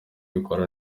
bikora